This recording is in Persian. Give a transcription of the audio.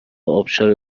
ابشار